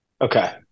Okay